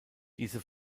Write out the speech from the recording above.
diese